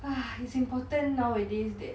it's important nowadays that